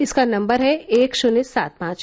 इसका नम्बर है एक शुन्य सात पांच